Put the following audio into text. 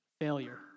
Failure